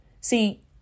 See